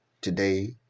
today